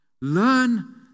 Learn